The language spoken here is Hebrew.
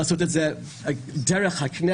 לעשות את זה דרך הכנסת,